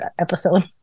episode